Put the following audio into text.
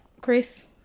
Chris